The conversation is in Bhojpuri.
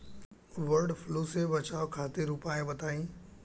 वड फ्लू से बचाव खातिर उपाय बताई?